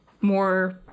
more